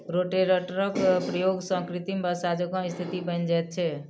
रोटेटरक प्रयोग सॅ कृत्रिम वर्षा जकाँ स्थिति बनि जाइत छै